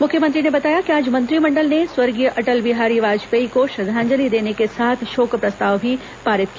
मुख्यमंत्री ने बताया कि आज मंत्रिमंडल ने स्वर्गीय अटल बिहारी वाजपेयी को श्रद्वांजलि देने के साथ शोक प्रस्ताव भी पारित किया